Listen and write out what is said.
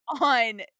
on